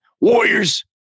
Warriors